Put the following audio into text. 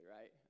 right